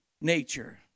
Nature